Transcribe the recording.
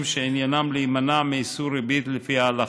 שעניינם להימנע מאיסור ריבית לפי ההלכה,